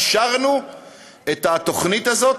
אישרנו את התוכנית הזאת,